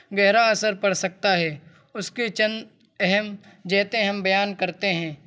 گہرا اثر پر سکتا ہے اس کے چند اہم جہتیں ہم بیان کرتے ہیں